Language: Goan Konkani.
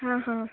आं हां